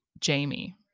Jamie